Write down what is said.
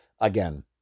again